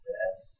Yes